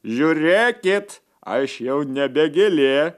žiūrėkit aš jau nebe gėlė